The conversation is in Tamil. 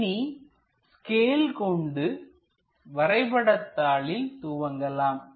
இனி ஸ்கேல் கொண்டு வரைபடத்தாளில் துவங்கலாம்